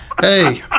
hey